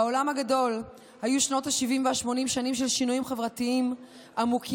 בעולם הגדול היו שנות ה-70 וה-80 שנים של שינויים חברתיים עמוקים,